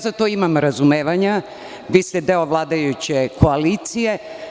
Za to imam razumevanja, vi ste deo vladajuće koalicije.